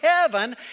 heaven